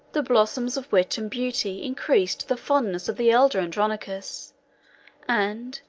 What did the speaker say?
the blossoms of wit and beauty increased the fondness of the elder andronicus and,